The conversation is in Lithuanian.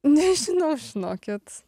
nežinau žinokit